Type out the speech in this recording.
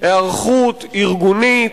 היערכות ארגונית,